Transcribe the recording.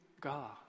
God